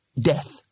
Death